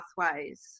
pathways